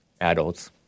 Adults